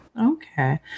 Okay